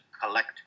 collect